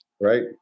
right